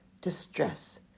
distress